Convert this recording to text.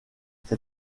cet